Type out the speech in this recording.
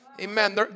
Amen